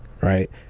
right